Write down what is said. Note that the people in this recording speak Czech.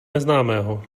neznámého